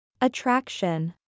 Attraction